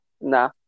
Nah